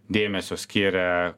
dėmesio skiria